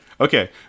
Okay